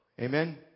Amen